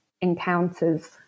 encounters